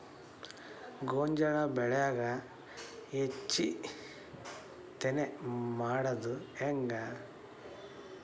ಗೋಂಜಾಳ ಬೆಳ್ಯಾಗ ಹೆಚ್ಚತೆನೆ ಮಾಡುದ ಹೆಂಗ್?